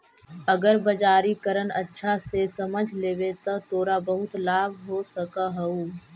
अगर बाजारीकरण अच्छा से समझ लेवे त तोरा बहुत लाभ हो सकऽ हउ